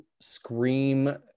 scream